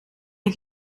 een